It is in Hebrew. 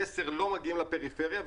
שמסר לא מגיעים לפריפריה,